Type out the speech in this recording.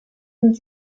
sind